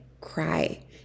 cry